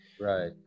Right